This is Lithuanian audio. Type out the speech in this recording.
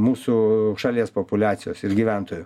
mūsų šalies populiacijos ir gyventojų